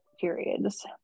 periods